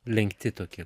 lenkti tokie